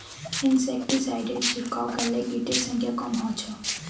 इंसेक्टिसाइडेर छिड़काव करले किटेर संख्या कम ह छ